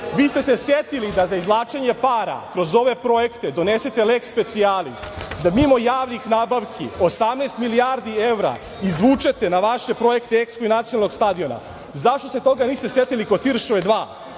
Vi ste se setili da za izvlačenje para kroz ove projekte donesete leks specijalis da mimo javnih nabavki 18 milijardi evra izvučete na vaše projekte EKSPO i nacionalnog stadiona. Zašto se toga niste setili kod Tiršove 2?